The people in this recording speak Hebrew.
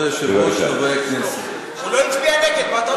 כבוד היושב-ראש, חברי הכנסת, חבר הכנסת